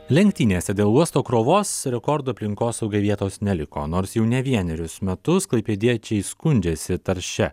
lenktynėse dėl uosto krovos rekordo aplinkosaugai vietos neliko nors jau ne vienerius metus klaipėdiečiai skundžiasi taršia